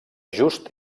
just